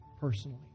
personally